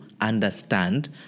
understand